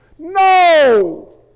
No